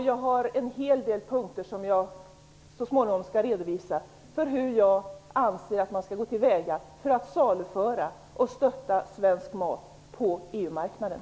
Jag har en hel del punkter som jag så småningom skall redovisa när det gäller hur jag anser att man skall gå till väga för att saluföra och stötta svensk mat på EU-marknaden.